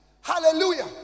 Hallelujah